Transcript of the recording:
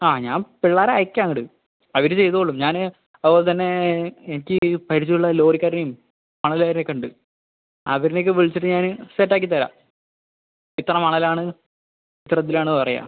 ആ ഞാൻ പിള്ളേരെ അയക്കാം അങ്ങോട്ട് അവര് ചെയ്തോളും ഞാന് അപ്പം അതുപോല തന്നെ എനിക്ക് പരിചയം ഉള്ള ലോറിക്കാരെയും മണലുകാര് ഒക്കെ ഉണ്ട് അവരെ ഒക്കെ വിളിച്ചിട്ട് ഞാന് സെറ്റ് ആക്കിതരാം എത്ര മണൽ ആണ് എത്ര ഇതിൽ ആണ് പറയുക